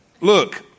Look